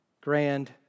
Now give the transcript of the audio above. grand